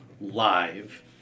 live